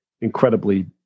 incredibly